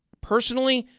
personally,